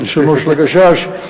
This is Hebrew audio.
כלשונו של "הגשש".